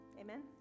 amen